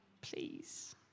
Please